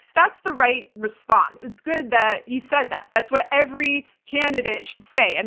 that's the right response. it's good that he said that. that's what every candidate should say. and